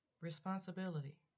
Responsibility